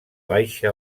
baixa